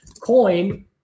Coin